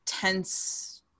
tense